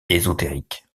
ésotériques